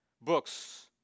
books